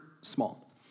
small